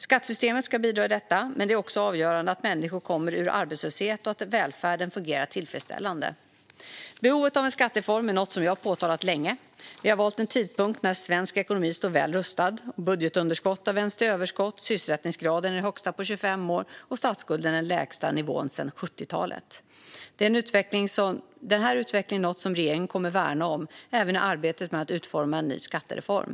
Skattesystemet ska bidra i detta, men det är också avgörande att människor kommer ur arbetslöshet och att välfärden fungerar tillfredsställande. Behovet av en skattereform är något jag har påtalat länge. Vi har valt en tidpunkt när svensk ekonomi står väl rustad. Budgetunderskott har vänts till överskott, sysselsättningsgraden är den högsta på över 25 år och statsskulden är på den lägsta nivån sedan 1970-talet. Denna utveckling är något som regeringen kommer att värna om, även i arbetet med att utforma en ny skattereform.